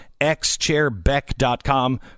XChairBeck.com